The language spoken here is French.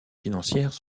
financières